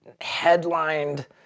headlined